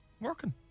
Working